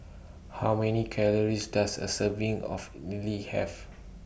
How Many Calories Does A Serving of Idly Have